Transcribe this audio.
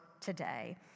today